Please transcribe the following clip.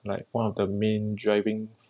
like one of the main driving